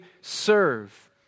serve